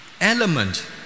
element